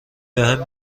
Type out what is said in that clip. بهم